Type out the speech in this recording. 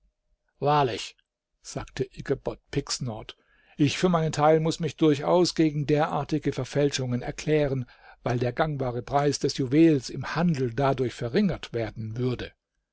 wahrlich sagte ichabod pigsnort ich für meinen teil muß mich durchaus gegen derartige verfälschungen erklären weil der gangbare preis des juwels im handel dadurch verringert werden würde